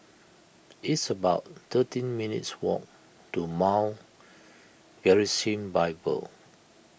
it's about thirteen minutes' walk to Mount Gerizim Bible